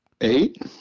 eight